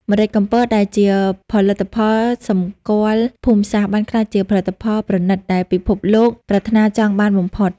ម្រេចកំពតដែលជាផលិតផលសម្គាល់ភូមិសាស្ត្រ បានក្លាយជាផលិតផលប្រណីតដែលពិភពលោកប្រាថ្នាចង់បានបំផុត។